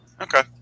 Okay